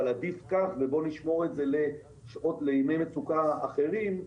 עדיף כך ובוא נשמור את זה לימי מצוקה אחרים,